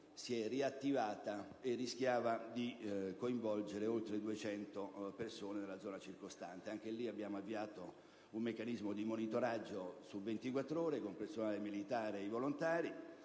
si è riattivata e rischiava di coinvolgere oltre 200 persone della zona circostante. Anche lì abbiamo avviato un meccanismo di monitoraggio su 24 ore con personale militare e volontari.